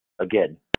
Again